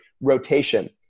rotation